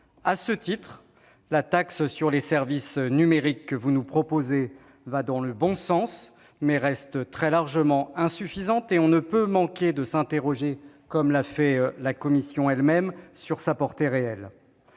À cet égard, la taxe sur les services numériques qui nous est proposée va dans le bon sens, mais reste très insuffisante ; on ne peut manquer de s'interroger, à la suite de la commission elle-même, sur sa portée réelle.